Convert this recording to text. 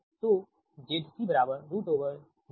तो ZC ZY